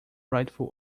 rightful